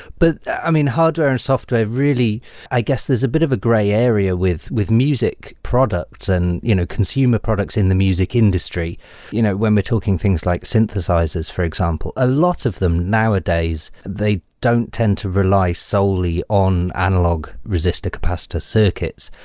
but i mean hardware and software really i guess there's a bit of a gray area with with music products and you know consumer products in the music industry you know when we're talking things like synthesizers, for example, and ah lots of them nowadays, they don't tend to rely solely on analog resistor capacitor circuits.